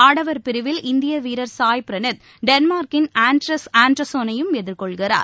ஆடவர் பிரிவில் இந்திய வீரர் சாய் பிரனீத் டென்மார்க்கின் ஆன்டர்ஸ் ஆன்டோள்களை எதிர்கொள்கிறார்